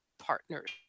partners